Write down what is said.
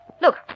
look